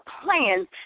plans